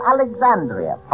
Alexandria